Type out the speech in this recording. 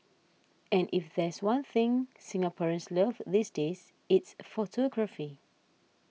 and if there's one thing Singaporeans love these days it's photography